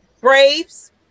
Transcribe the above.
Braves